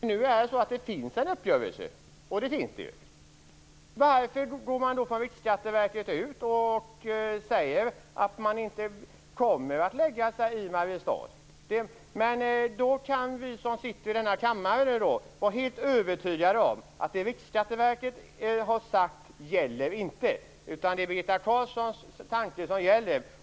Fru talman! Om det nu finns en uppgörelse - och det finns det ju - undrar jag varför man från Riksskatteverket går ut och säger att man inte kommer att finnas i Mariestad. Vi som sitter i den här kammaren kan då vara helt övertygade om att det som Riksskatteverket har sagt inte gäller. Det är vad Birgitta Carlsson har sagt som gäller.